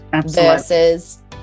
versus